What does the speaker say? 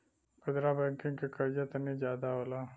खुदरा बैंकिंग के कर्जा तनी जादा होला